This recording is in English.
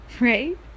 right